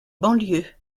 banlieues